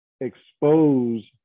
expose